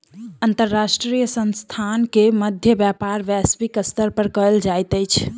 अंतर्राष्ट्रीय संस्थान के मध्य व्यापार वैश्विक स्तर पर कयल जाइत अछि